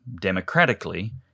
democratically